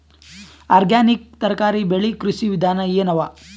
Organic ತರಕಾರಿ ಬೆಳಿ ಕೃಷಿ ವಿಧಾನ ಎನವ?